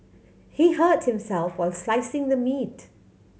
he hurt himself while slicing the meat